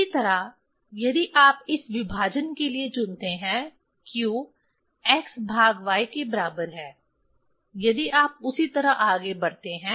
इसी तरह यदि आप इस विभाजन के लिए चुनते हैं q x भाग y के बराबर है यदि आप उसी तरह आगे बढ़ते हैं